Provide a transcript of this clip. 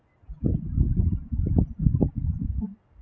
mm